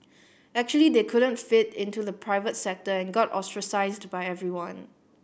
actually they couldn't fit into the private sector and got ostracised by everyone